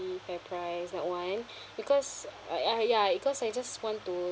Fairprice that one because uh ah ya because I just want to